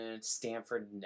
Stanford